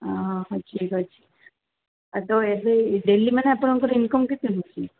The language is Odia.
ଅଁ ହଉ ଠିକ୍ ଅଛି ତ ଏବେ ଡେଲି ମାନେ ଆପଣଙ୍କର ଇନ୍କମ୍ କେତେ ହେଉଛି